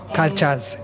cultures